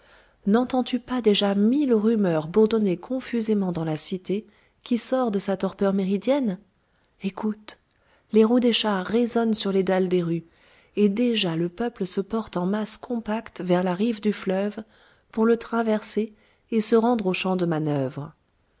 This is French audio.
nentends tu pas déjà mille rumeurs bourdonner confusément dans la cité qui sort de sa torpeur méridienne écoute les roues des chars résonnent sur les dalles des rues et déjà le peuple se porte en masses compactes vers la rive du fleuve pour le traverser et se rendre au champ de manœuvre